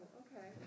okay